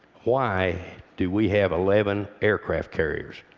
why do we have eleven aircraft carriers?